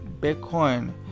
bitcoin